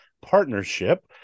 partnership